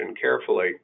carefully